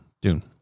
Dune